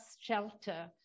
shelter